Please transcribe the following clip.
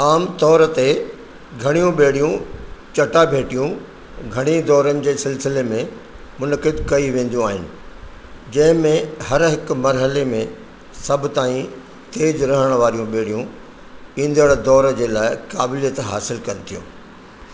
आमतौर ते घणियूं ॿेड़ियूं चटाभेटियूं घणे दौरनि जे सिलसिले में मुनकिद कई वेंदियूं आहिनि जंहिं में हर हिकु मरहले में सभ ताईं तेज रहण वारियूं ॿेड़ियूं ईंदड़ दौर जे लाइ क़ाबिलियत हासिल कनि थियूं